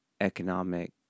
economic